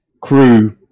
crew